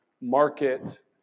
market